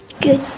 Good